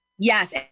Yes